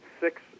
six